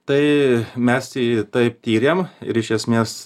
tai mes jį taip tyrėm ir iš esmės